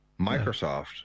Microsoft